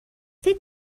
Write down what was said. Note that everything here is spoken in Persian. فکر